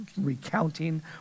recounting